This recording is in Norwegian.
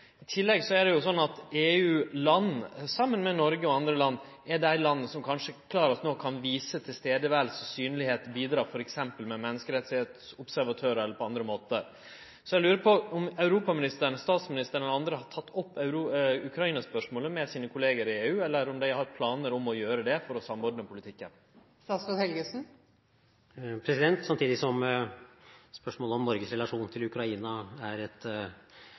I tillegg er det slik at EU-land, saman med Noreg og andre land, er dei landa som kanskje klarast no kan vise nærvær og synlegheit og bidra t.d. med menneskerettsobservatørar eller på andre måtar. Eg lurer på om europaministeren, statsministeren eller andre har teke opp Ukraina-spørsmålet med sine kollegaer i EU, eller om dei har planar om å gjere det for å samordne politikken? Samtidig som spørsmålet om Norges relasjon til Ukraina er